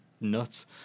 nuts